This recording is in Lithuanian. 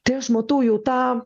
tai aš matau jau tą